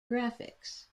graphics